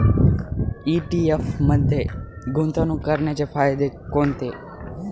ETF मध्ये गुंतवणूक करण्याचे फायदे कोणते?